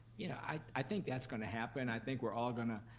you know, i think that's gonna happen, i think we're all gonna,